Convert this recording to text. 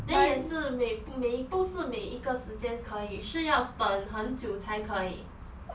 then 也是每不是每一个时间可以是要等很久才可以